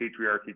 patriarchy